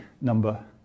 number